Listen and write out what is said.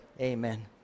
amen